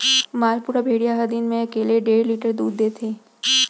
मालपुरा भेड़िया ह दिन म एकले डेढ़ लीटर दूद देथे